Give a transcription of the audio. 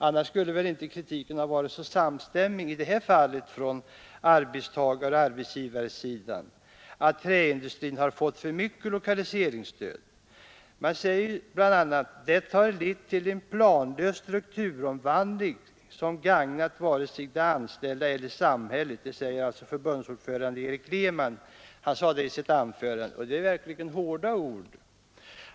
Annars skulle väl inte kritiken ha varit så samstämmig från arbetstagare och arbetsgivare mot att träindustrin har fått för mycket lokaliseringsstöd. — Det har lett till en planlös strukturomvandling som inte har gagnat vare sig de anställda eller samhället, sade förbundsordförande Erik Lehman i sitt anförande, och det är verkligen hårda ord.